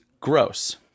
gross